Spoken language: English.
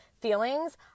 feelings